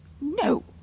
No